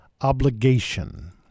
obligation